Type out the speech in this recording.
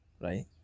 right